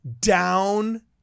down